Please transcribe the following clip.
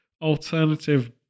alternative